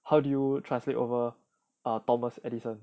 how did you translate over thomas edison